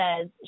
says